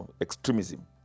extremism